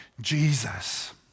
Jesus